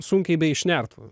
sunkiai beišnertų